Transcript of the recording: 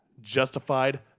Justified